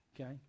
okay